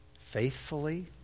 Faithfully